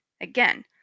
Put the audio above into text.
Again